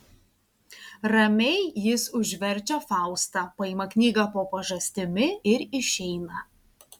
ramiai jis užverčia faustą paima knygą po pažastimi ir išeina